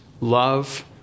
love